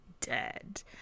dead